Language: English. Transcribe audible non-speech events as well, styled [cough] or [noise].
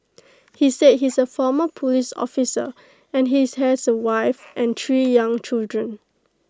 he said he's A former Police officer and he is has A wife [noise] and three young children